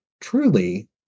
truly